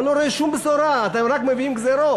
אבל אני לא רואה שום בשורה, אתם רק מביאים גזירות.